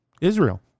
Israel